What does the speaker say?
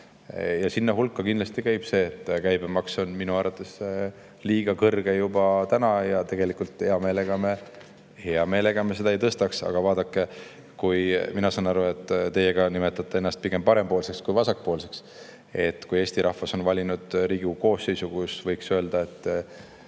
Sinna hulka käib kindlasti see, et käibemaks on minu arvates liiga kõrge juba täna ja tegelikult me seda hea meelega ei tõstaks. Aga vaadake, mina saan aru, et teie nimetate ennast ka pigem parempoolseks kui vasakpoolseks. Eesti rahvas on valinud Riigikogu koosseisu, kus, võiks öelda, 81